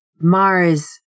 Mars